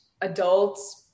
adults